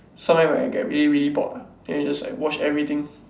sometime when I get really really bored ah then I just like watch everything